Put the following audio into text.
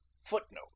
Footnote